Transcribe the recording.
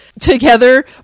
together